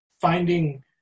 finding